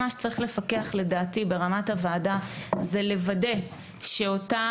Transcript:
צריך ברמת הוועדה לפקח ולוודא שאותה